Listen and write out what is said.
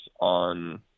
on